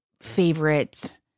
favorite